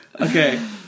Okay